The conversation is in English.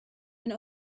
been